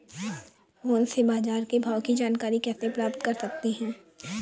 Phone से बाजार के भाव की जानकारी कैसे प्राप्त कर सकते हैं?